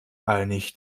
einig